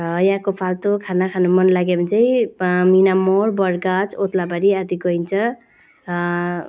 र यहाँको फाल्तु खाना खान मनलाग्यो भने चाहिँ मिना मोड बरगाछ ओद्लाबारी आदि गइन्छ